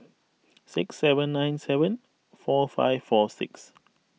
six seven nine seven four five four six